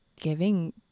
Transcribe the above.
giving